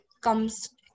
comes